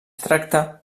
tracta